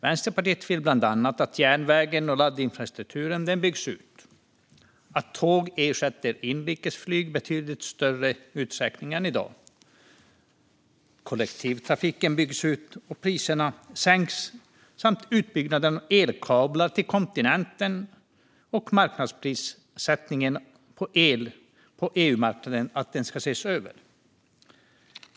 Vänsterpartiet vill bland annat att järnvägen och laddinfrastrukturen byggs ut, att tåg ersätter inrikesflyg i betydligt större utsträckning än i dag, att kollektivtrafiken byggs ut och priserna sänks samt att utbyggnaden av elkablar till kontinenten och marknadsprissättningen av el på EU-marknaden ses över.